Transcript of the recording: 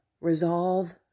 resolve